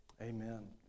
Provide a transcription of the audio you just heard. Amen